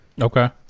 Okay